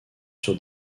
sur